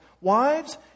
Wives